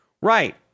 right